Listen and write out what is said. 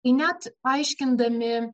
ir net paaiškindami